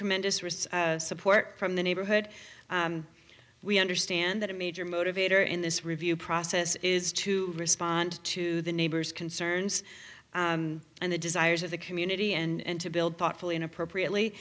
tremendous wrist support from the neighborhood we understand that a major motivator in this review process is to respond to the neighbors concerns and the desires of the community and to build thoughtfully in appropriately